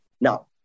Now